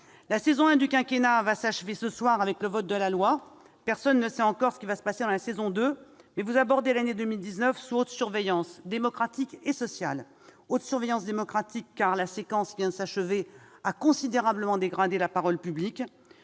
La saison 1 du quinquennat va s'achever ce soir avec le vote de la loi ; personne ne sait encore ce qui va se passer dans la saison 2, mais vous abordez l'année 2019 sous haute surveillance démocratique et sociale. Haute surveillance démocratique, d'abord, car la séquence qui vient de s'achever a considérablement dégradé la parole publique.